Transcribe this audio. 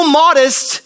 modest